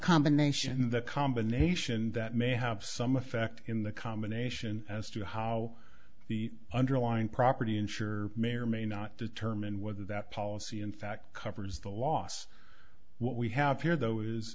combination the combination that may have some effect in the combination as to how the underlying property insure may or may not determine whether that policy in fact covers the loss what we have here though is